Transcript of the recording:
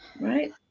Right